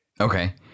okay